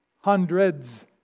hundreds